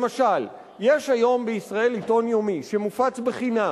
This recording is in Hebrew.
למשל, יש היום בישראל עיתון יומי שמופץ בחינם.